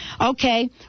okay